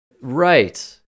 right